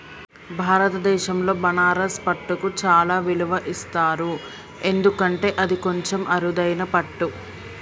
భారతదేశంలో బనారస్ పట్టుకు చాలా విలువ ఇస్తారు ఎందుకంటే అది కొంచెం అరుదైన పట్టు